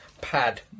Pad